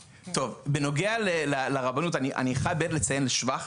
בנוגע לרבנות, אני חייב לציין לשבח